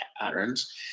patterns